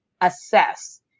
assess